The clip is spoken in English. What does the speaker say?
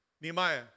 Nehemiah